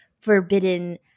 forbidden